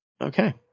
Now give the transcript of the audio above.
okay